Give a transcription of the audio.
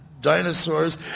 dinosaurs